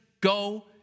go